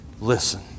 Listen